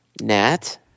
Nat